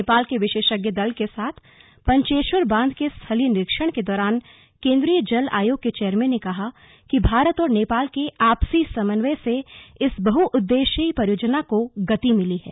नेपाल के विशेषज्ञ दल के साथ पंचेश्वर बांध के स्थलीय निरीक्षण के दौरान केंद्रीय जल आयोग के चेयरमैन ने कहा कि भारत और नेपाल के आपसी समन्वय से इस बहउद्देशीय परियोजना को गति मिली है